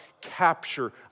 capture